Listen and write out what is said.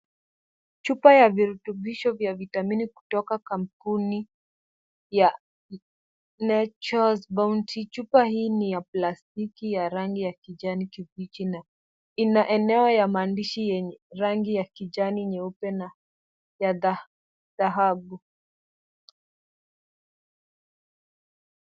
Chupa ya virutubisho vya Vitamini kutoka kampuni ya Nature's Bounty. Chupa hii ni ya plastiki ya rangi ya kijani kibichi na ina eneo ya maandishi yenye rangi ya kijani, nyeupe na ya dhahabu.